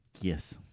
Yes